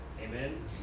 Amen